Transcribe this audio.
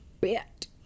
Bit